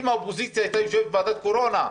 אם האופוזיציה הייתה יושבת בוועדת קורונה,